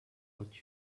what